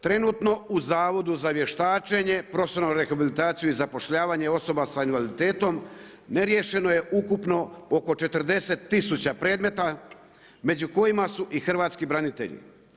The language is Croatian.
Trenutno u Zavodu za vještačenje, profesionalnu rehabilitaciju i zapošljavanje osoba sa invaliditetom, neriješeno je ukupno oko 40000 predmeta, među kojima su i hrvatski branitelji.